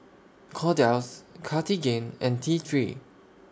Kordel's Cartigain and T three